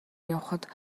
явахад